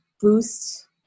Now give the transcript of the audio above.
boost